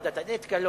ועדת האתיקה.